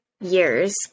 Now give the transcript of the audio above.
years